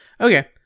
Okay